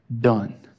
done